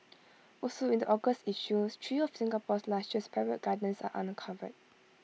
also in the August issue three of Singapore's lushest private gardens are uncovered